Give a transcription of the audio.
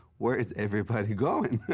where is everybody going?